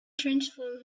transform